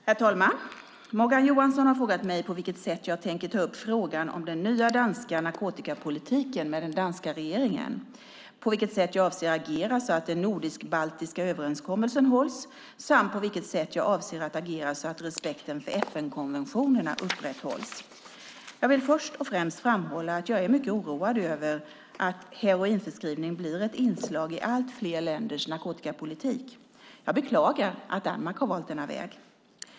Herr talman! Morgan Johansson har frågat mig på vilket sätt jag tänker ta upp frågan om den nya danska narkotikapolitiken med den danska regeringen, på vilket sätt jag avser att agera så att den nordisk-baltiska överenskommelsen hålls samt på vilket sätt jag avser att agera så att respekten för FN-konventionerna upprätthålls. Jag vill först och främst framhålla att jag är mycket oroad över att heroinförskrivning blir ett inslag i allt fler länders narkotikapolitik. Jag beklagar att Danmark har valt denna väg.